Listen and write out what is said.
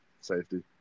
safety